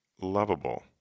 lovable